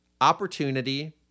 opportunity